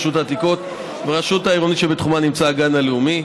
רשות העתיקות והרשות העירונית שבתחומה נמצא הגן הלאומי.